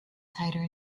tighter